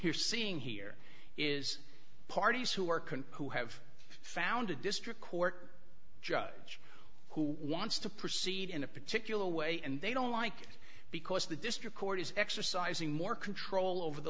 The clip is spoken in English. seeing here is parties who are current who have found a district court judge who wants to proceed in a particular way and they don't like because the district court is exercising more control over the